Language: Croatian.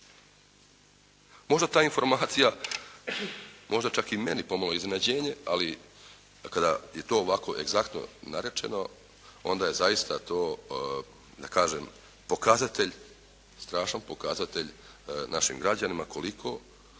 Možda ta informacija, možda je čak i meni pomalo iznenađenje. Ali kada je to ovako egzaktno narečeno onda je zaista to da kažem pokazatelj, strašan pokazatelj našim građanima koliko